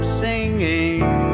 singing